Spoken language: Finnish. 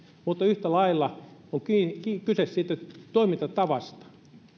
mutta yhtä lailla on kyse siitä toimintatavasta